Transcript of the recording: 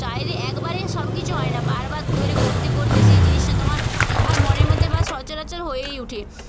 চাইলে একবারে সব কিছু হয় না বারবার ধরে করতে করতে সেই জিনিসটা তোমার আর মনের মধ্যে বা সচরাচর হয়েই উঠে